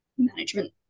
management